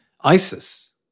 ISIS